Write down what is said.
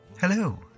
Hello